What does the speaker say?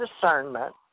discernment